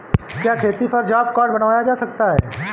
क्या खेती पर जॉब कार्ड बनवाया जा सकता है?